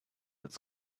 its